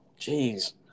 Jeez